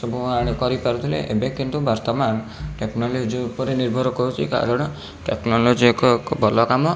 ସବୁ ଆଣେ କରିପାରୁଥିଲେ ଏବେ କିନ୍ତୁ ବର୍ତ୍ତମାନ ଟେକ୍ନୋଲୋଜି ଉପରେ ନିର୍ଭର କରୁଛି କାରଣ ଟେକ୍ନୋଲୋଜି ଏକ ଏକ ଭଲ କାମ